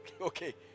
Okay